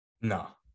No